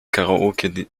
karaoke